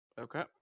Okay